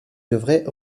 devrait